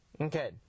Okay